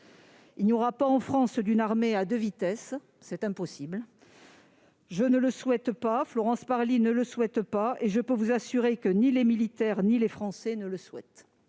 Il n'y aura pas en France une armée à deux vitesses ; c'est impossible. Je ne le souhaite pas, Florence Parly non plus, et je peux vous assurer que ni les militaires ni les Français ne le souhaitent.